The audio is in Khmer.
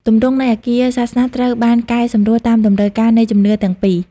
ទម្រង់ នៃអាគារសាសនាត្រូវបានកែសម្រួលតាមតម្រូវការនៃជំនឿទាំងពីរ។